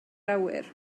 awyr